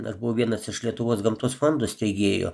aš buvau vienas iš lietuvos gamtos fondo steigėjų